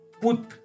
put